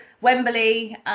Wembley